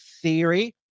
theory